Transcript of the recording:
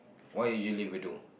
why usually we don't